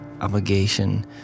obligation